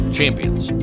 champions